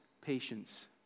patience